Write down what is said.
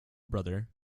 brother